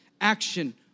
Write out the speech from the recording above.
action